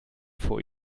vor